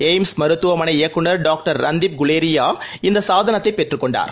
AIIMS மருத்துவமனை இயக்குநர் doctor Randeep Guleria இந்தசாதனத்தைபெற்றுக்கொண்டார்